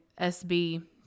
SB